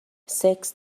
سکس